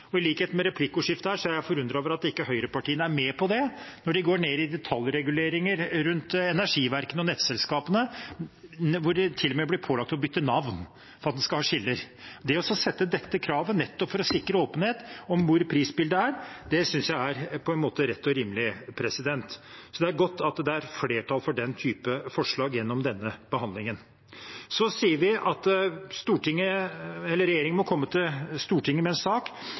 I likhet med det som ble sagt i replikkordskiftet, er jeg forundret over at høyrepartiene ikke er med på det, når de går ned på detaljreguleringer for energiverkene og nettselskapene, hvor en til og med blir pålagt å bytte navn for å ha skiller. Det å sette dette kravet nettopp for å sikre åpenhet om prisbildet, synes jeg på en måte er rett og rimelig. Det er godt at det er flertall for den typen forslag gjennom denne behandlingen. Så sier vi at regjeringen må komme til Stortinget med en sak